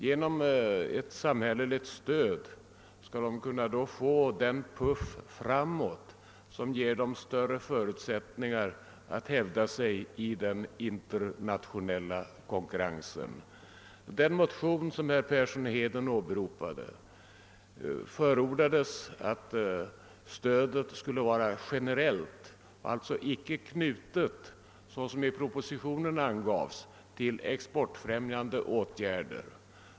Genom ett samhälleligt stöd skall de kunna få den puff framåt som ger dem större förutsättningar att hävda sig i den internationella konkurrensen. I den motion, som herr Persson i Heden åberopade, förordades att stödet skulle vara generellt och alltså icke knutet, såsom i propositionen angavs, till exportfrämjande åtgärder.